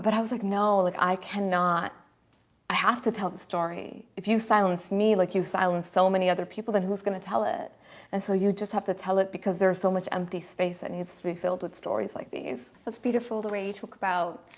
but i was like no like i cannot i have to tell the story if you silence me like you've silenced so many other people that who's going to tell it and so you just have to tell it because there's so much empty space i needs to be filled with stories like these that's beautiful the way you talk about